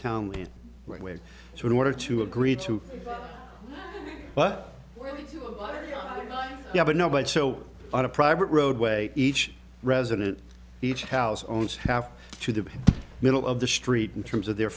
town way so in order to agree to but yeah but no but so on a private roadway each resident each house owns half to the middle of the street in terms of their